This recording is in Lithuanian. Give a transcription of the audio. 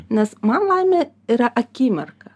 nes man laimė yra akimirka